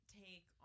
take